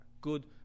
Good